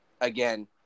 again